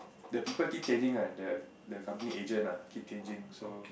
the people keep changing lah the the company agent ah keep changing so